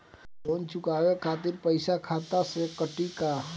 Loan चुकावे खातिर पईसा खाता से कटी का?